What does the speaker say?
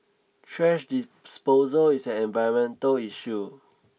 trash disposal is environmental issue